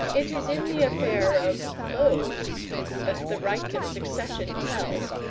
it is in the affair of clothes that the right of succession tells,